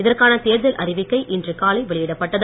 இதற்கான தேர்தல் அறிவிக்கை இன்று காலை வெளியிடப்பட்டது